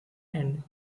and